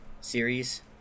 series